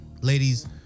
ladies